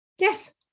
yes